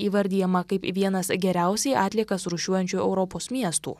įvardijama kaip vienas geriausiai atliekas rūšiuojančių europos miestų